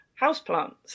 houseplants